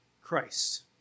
Christ